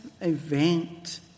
event